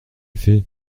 fais